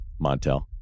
Montel